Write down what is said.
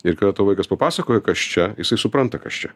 ir kada tau vaikas papasakoja kas čia jisai supranta kas čia